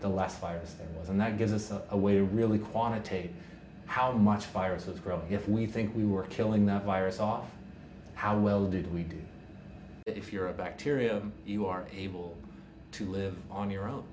the less fires there is and that gives us a way really quantitate how much viruses grow if we think we were killing the virus off how well did we do if you're a bacteria you are able to live on your own